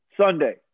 Sunday